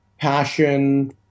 passion